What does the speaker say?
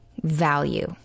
value